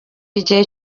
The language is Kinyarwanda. igihe